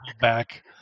back